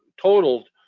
totaled